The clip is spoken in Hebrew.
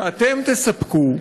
שאתם תספקו,